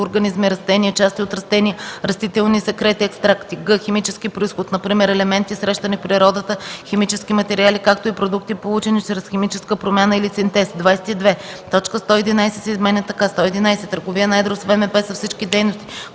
микроорганизми, растения, части от растения, растителни секрети, екстракти; г) химически произход, например елементи, срещани в природата, химически материали, както и продукти, получени чрез химическа промяна или синтез”. 22. Точка 111 се изменя така: „111. „Търговия на едро с ВМП” са всички дейности,